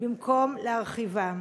במקום להרחיבם?